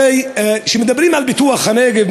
הרי כשמדברים על פיתוח הנגב,